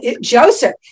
Joseph